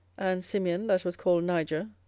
and simeon that was called niger,